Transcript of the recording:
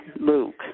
Luke